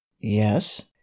Yes